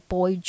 Boy